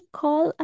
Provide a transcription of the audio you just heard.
call